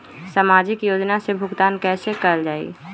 सामाजिक योजना से भुगतान कैसे कयल जाई?